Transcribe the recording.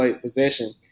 possession